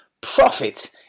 Profit